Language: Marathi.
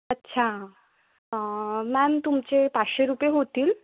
अच्छा मॅम तुमचे पाचशे रुपये होतील